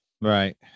Right